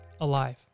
alive